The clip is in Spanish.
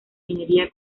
minería